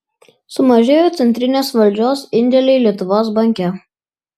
sumažėjo centrinės valdžios indėliai lietuvos banke